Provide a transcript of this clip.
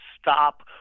stop